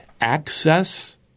access